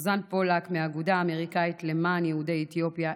סוזן פולק מהאגודה האמריקאית למען יהודי אתיופיה,